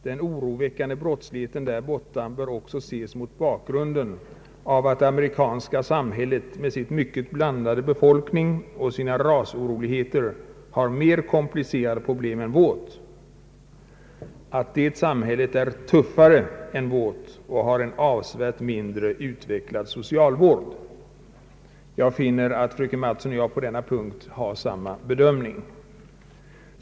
Den oroväckande brottsligheten där borta bör också ses mot bakgrunden av att det amerikanska samhället med sin mycket blandade be folkning och sina rasoroligheter har mer komplicerade problem än vårt, att det är ”tuffare” än vårt och har en avsevärt mindre utvecklad socialvård.» Jag finner att fröken Mattson och jag på denna punkt har samma bedömning.